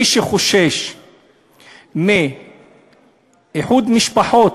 מי שחושש מאיחוד משפחות,